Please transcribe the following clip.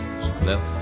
left